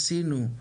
עשינו.